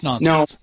No